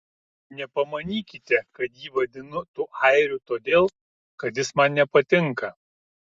nepamanykite kad jį vadinu tuo airiu todėl kad jis man nepatinka